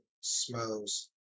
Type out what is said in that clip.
smells